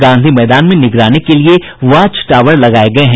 गांधी मैदान में निगरानी के लिए वाच टावर लगाये गये हैं